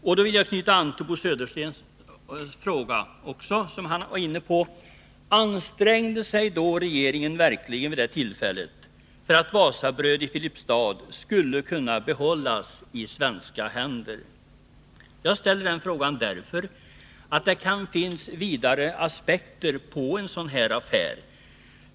Jag vill här knyta an till det Bo Södersten anförde och frågade: Ansträngde sig regeringen verkligen vid det tillfället för att Wasabröd i Filipstad skulle kunna behållas i svenska händer? Jag ställer frågan därför att det kan finnas vidare aspekter på en sådan här affär.